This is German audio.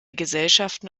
gesellschaften